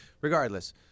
Regardless